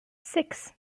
six